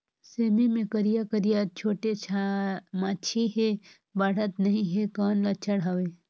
सेमी मे करिया करिया छोटे माछी हे बाढ़त नहीं हे कौन लक्षण हवय?